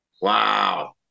wow